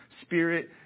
spirit